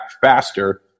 faster